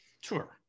Sure